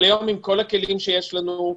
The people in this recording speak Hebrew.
עם כל הכלים שיש לנו,